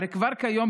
הרי כבר כיום,